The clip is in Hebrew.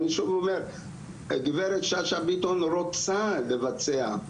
אני שוב אומר גברת שאשא ביטון רוצה לבצע,